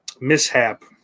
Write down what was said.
mishap